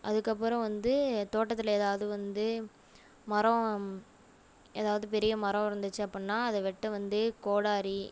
அதுக்கு அப்புறம் வந்து தோட்டத்தில் ஏதாவது வந்து மரம் ஏதாவது பெரிய மரம் இருந்துச்சு அப்படின்னா அதை வெட்ட வந்து கோடாரி